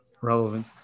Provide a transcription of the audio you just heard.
relevant